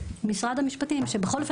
משרד המשפטים שבכל אופן,